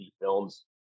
films